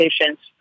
patients